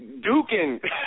Duking